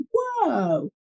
whoa